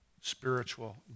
spiritual